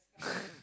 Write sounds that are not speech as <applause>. <noise>